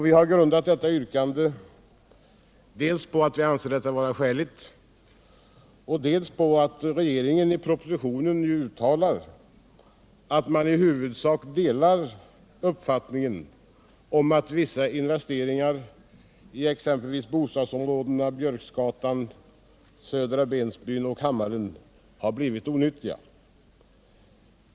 Vi har grundat detta yrkande dels på att vi anser det skäligt, dels på att regeringen i propositionen uttalar att man i huvudsak delar uppfattningen att vissa investeringar i bostadsområdena Björkskatan, Södra Bensbyn och Hammaren har blivit onyttiga.